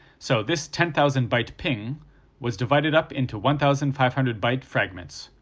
so this ten thousand byte ping was divided up into one thousand five hundred byte fragments,